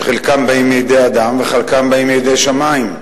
שחלקם באים מידי אדם וחלקם באים מידי שמים.